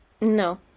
no